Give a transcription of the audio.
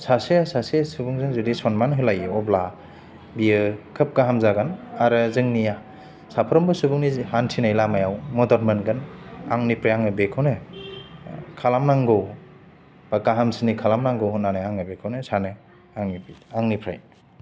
सासेया सासे सुबुंजों जुदि सनमान होलायो अब्ला बियो खोब गाहाम जागोन आरो जोंनिया साफ्रोमबो सुबुंनि हान्थिनाय लामायाव मदद मोनगोन आंनिफ्राय आङो बेखौनो खालामनांगौ बा गाहामसिनै खालामनांगौ होन्नानै आङो बेखौनो सानो आङो आंनिफ्राय